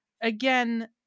Again